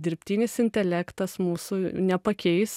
dirbtinis intelektas mūsų nepakeis